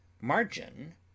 Margin